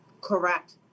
Correct